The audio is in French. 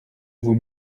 vous